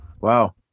Wow